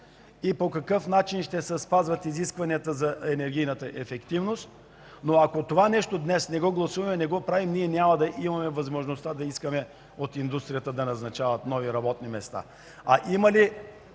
и по какъв начин ще се спазват изискванията за енергийната ефективност. Ако това нещо не го гласуваме днес, няма да имаме възможността да искаме от индустрията да разкрива нови работни места. А индустрията